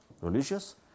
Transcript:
religious